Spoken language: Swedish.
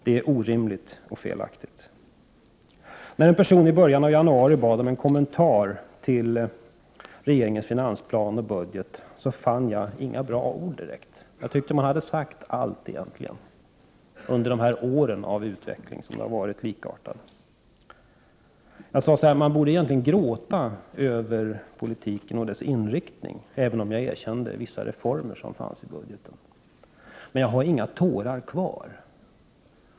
Det är orimligt och felaktigt. När en person i början av januari bad om en kommentar till regeringens finansplan och budget fann jag inte direkt några bra ord — man har egentligen sagt allt under de år som utvecklingen har varit likartad. Jag sade: Man borde gråta över politiken och dess inriktning — även om jag erkände att det fanns vissa reformer i budgeten — men jag har inga tårar kvar.